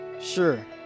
Sure